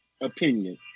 opinion